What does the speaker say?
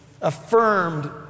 affirmed